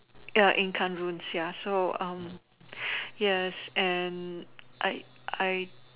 ya Inca Ruins ya so um yes and I I